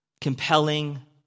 compelling